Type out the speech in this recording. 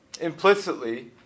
implicitly